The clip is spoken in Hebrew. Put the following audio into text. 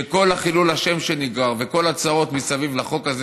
שכל חילול השם שנגרם וכל הצרות מסביב לחוק הזה